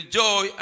joy